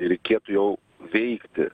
reikėtų jau veikti